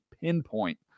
pinpoint